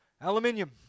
Aluminium